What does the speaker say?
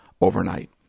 overnight